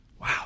Wow